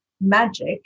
magic